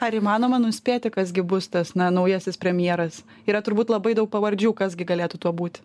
ar įmanoma nuspėti kas gi bus tas na naujasis premjeras yra turbūt labai daug pavardžių kas gi galėtų tuo būti